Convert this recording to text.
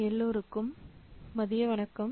எல்லோருக்கும் மதிய வணக்கம்